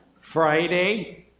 Friday